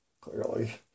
clearly